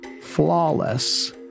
flawless